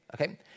Okay